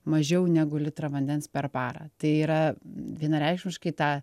mažiau negu litrą vandens per parą tai yra vienareikšmiškai tą